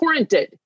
torrented